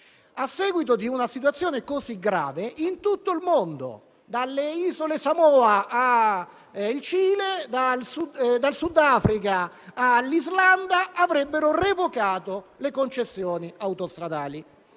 A seguito di una situazione così grave, in tutto il mondo, dalle Isole Samoa al Cile, dal Sudafrica all'Islanda avrebbero revocato le concessioni autostradali.